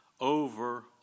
over